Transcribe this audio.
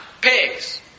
pigs